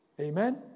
Amen